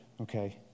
okay